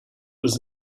was